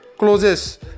closes